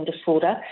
disorder